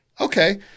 Okay